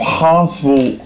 possible